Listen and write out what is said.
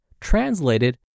translated